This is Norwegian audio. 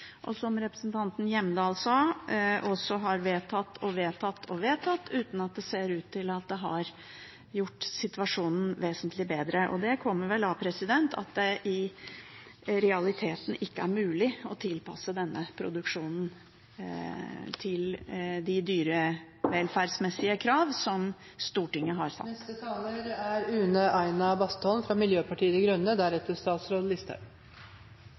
og forsøkt – og som representanten Hjemdal sa, også har vedtatt og vedtatt og vedtatt – uten at det ser ut til å ha gjort situasjonen vesentlig bedre. Det kommer vel av at det i realiteten ikke er mulig å tilpasse denne produksjonen til de dyrevelferdsmessige krav som Stortinget har satt.